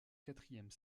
quatrième